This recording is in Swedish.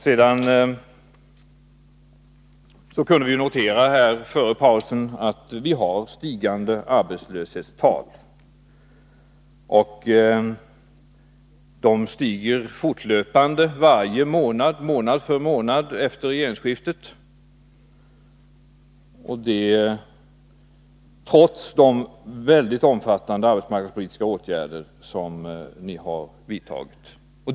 Vi kunde före pausen här notera att vi har stigande arbetslöshetstal, och de stiger fortlöpande månad för månad efter regeringsskiftet — detta trots de mycket omfattande arbetsmarknadspolitiska åtgärder som ni har vidtagit.